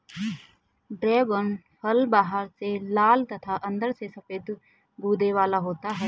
dragon फल बाहर से लाल तथा अंदर से सफेद गूदे वाला होता है